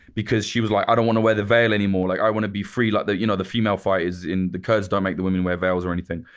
because she was like, i don't want to wear the veil anymore. like i want to be free like the you know the female fighters in. the kurds don't make the women wear veils or anything.